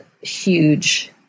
huge